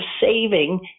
saving